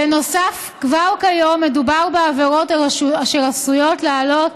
בנוסף, כבר כיום מדובר בעבירות אשר עשויות להעלות